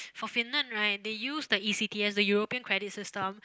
for Finland right they use the E_C_T as the European credit system